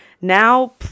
Now